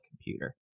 computer